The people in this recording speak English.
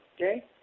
okay